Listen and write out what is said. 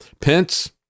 Pence